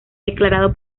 declarado